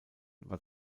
war